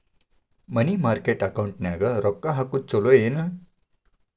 ಮನಿ market ಅಕೌಂಟಿನ್ಯಾಗ ರೊಕ್ಕ ಹಾಕುದು ಚುಲೊ ಏನು